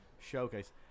showcase